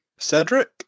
Cedric